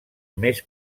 més